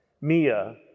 Mia